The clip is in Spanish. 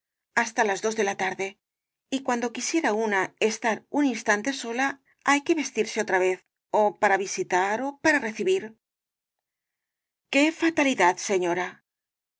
hasta las dos de la tarde y cuando quisiera una estar un instante sola hay que vestirse otra vez ó para visitar ó para recibir qué fatalidad señora